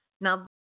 Now